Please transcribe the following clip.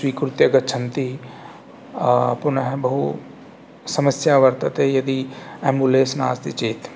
स्वीकृत्य गच्छन्ति पुनः बहुसमस्या वर्तते यदि एम्बुलेन्स् नास्ति चेत्